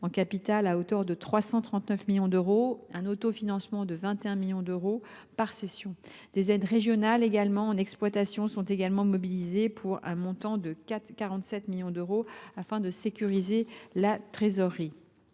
en capital à hauteur de 339 millions d’euros et un autofinancement de 21 millions d’euros par cession. Des aides régionales en exploitation sont également mobilisées pour un montant de 47 millions d’euros, afin de sécuriser la trésorerie.